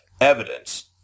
evidence